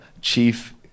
chief